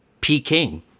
Peking